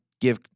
give